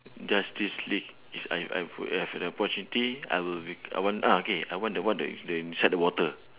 justice league is I I would have the opportunity I will bec~ I want ah K I want the what the the inside the water